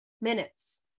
minutes